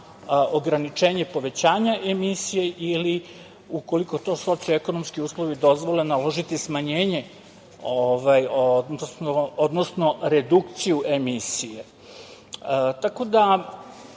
ograničenje povećanja emisije, ili ukoliko to socio-ekonomski uslovi dozvoljavaju naložiti smanjenje, odnosno redukciju emisije. Tako da,